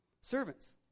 servants